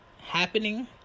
happening